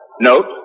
Note